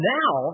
now